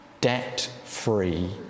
debt-free